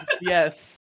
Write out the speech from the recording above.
Yes